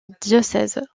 diocèse